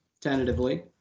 tentatively